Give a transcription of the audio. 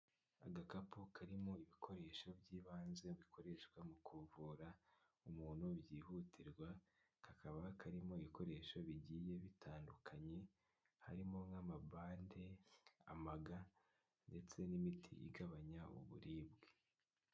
Agakapu karimo ibikoresho by'ibanze bikoreshwa mu kuvura umuntu byihutirwa kakaba karimo ibikoresho bigiye bitandukanye harimo nk'amabande, amaga ndetse n'imiti igabanya uburibwe.